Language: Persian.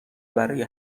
برای